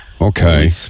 Okay